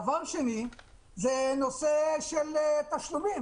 דבר שני הוא נושא התשלומים.